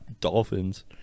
dolphins